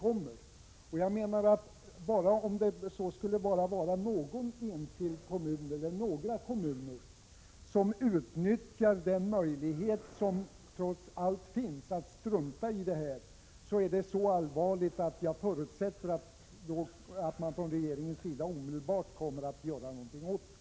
Även om det bara skulle vara någon enskild kommun eller några kommuner som utnyttjar den möjlighet som trots allt finns att strunta i det här, är detta så allvarligt att jag förutsätter att regeringen omedelbart kommer att göra någonting åt det.